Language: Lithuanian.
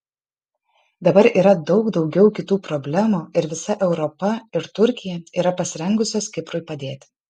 dabar yra daug daugiau kitų problemų ir visa europa ir turkija yra pasirengusios kiprui padėti